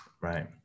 right